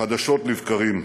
חדשות לבקרים.